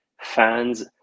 fans